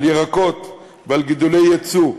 על ירקות ועל גידולי יצוא,